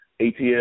ATL